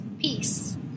peace